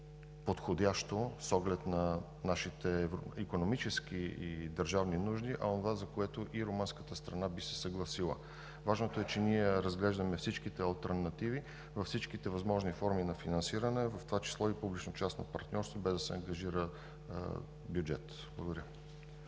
подходящо с оглед на нашите икономически и държавни нужди, а онова, за което и румънската страна би се съгласила. Важното е, че ние разглеждаме всички алтернативи във всичките възможни форми на финансиране, в това число и публично частно партньорство, без да се ангажира бюджетът. Благодаря.